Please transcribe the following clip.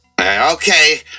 Okay